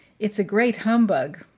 it's a great humbug.